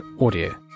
audio